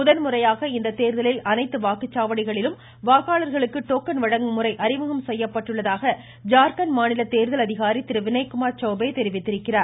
முதன்முறையாக இத்தேர்தலில் அனைத்து வாக்குச்சாவடிகளிலும் வாக்காளர்களுக்கு டோக்கன் வழங்கும் முறை அறிமுகம் செய்யப்பட்டுள்ளதாக ஜார்கண்ட் மாநில தேர்தல் அதிகாரி திரு வினய்குமார் சௌபே தெரிவித்திருக்கிறார்